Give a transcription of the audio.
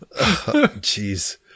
Jeez